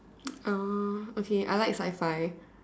uh okay I like sci-fi